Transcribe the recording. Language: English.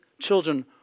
children